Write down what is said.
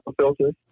filters